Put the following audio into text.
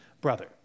brother